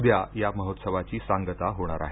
उद्या या महोत्सवाची सांगता होणार आहे